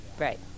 right